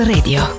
Radio